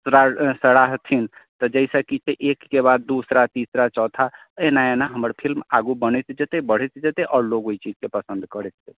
सरा सराहथिन तऽ जाहिसँ कि एक कऽ बाद दूसरा तीसरा चौथा एना एना हमर फिल्म आगू बनैत जेतै बढ़ैत जेतै आओर लोग एहि चीजके पसन्द करैत जेतै